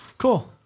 Cool